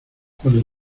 cuando